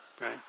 right